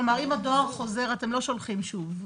כלומר, אם הדואר חוזר, אתם לא שולחים שוב.